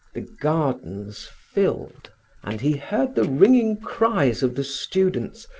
the gardens filled and he heard the ringing cries of the students,